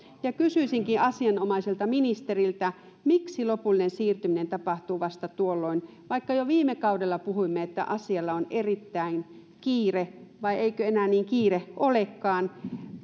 kysyisinkin asianomaiselta ministeriltä miksi lopullinen siirtyminen tapahtuu vasta tuolloin vaikka jo viime kaudella puhuimme että asialla on erittäin kiire vai eikö enää niin kiire olekaan